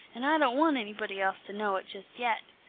and i don't want anybody else to know it just yet.